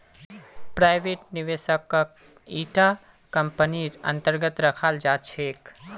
private निवेशकक इटा कम्पनीर अन्तर्गत रखाल जा छेक